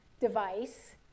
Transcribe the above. device